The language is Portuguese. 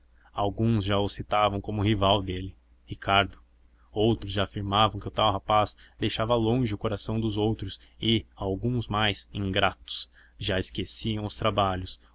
alguns já o citavam como rival dele ricardo outros já afirmavam que o tal rapaz deixava longe o coração dos outros e alguns mais ingratos já esqueciam os trabalhos